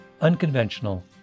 Unconventional